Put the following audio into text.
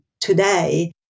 today